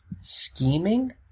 scheming